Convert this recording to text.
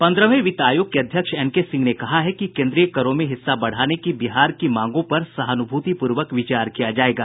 पंद्रहवें वित्त आयोग के अध्यक्ष एनके सिंह ने कहा है कि केन्द्रीय करों में हिस्सा बढ़ाने की बिहार की मांगों पर सहानुभूतिपूर्वक विचार किया जायेगा